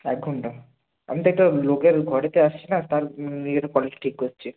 এক ঘন্টা আমি তো একটা লোকের ঘরেতে আসছি না তার ইয়ের কলটা ঠিক করছি